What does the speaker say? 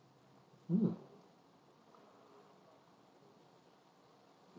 mm